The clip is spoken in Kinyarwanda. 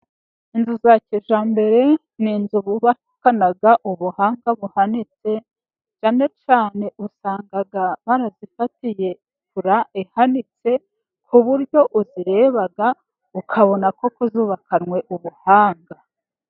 Inzu za kijyambere, ni inzu bubakana ubuhanga buhanitse, cyane cyane usanga barazifatiye pura ihanitse, ku buryo uzireba ukabona koko zubakanwe ubuhanga.